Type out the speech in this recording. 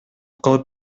кылып